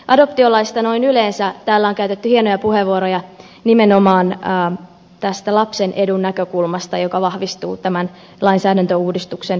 adoptiolaista noin yleensä täällä on käytetty hienoja puheenvuoroja nimenomaan lapsen edun näkökulmasta joka vahvistuu tämän lainsäädäntöuudistuksen myötä